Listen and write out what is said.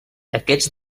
aquests